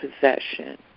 possession